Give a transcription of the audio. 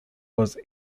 was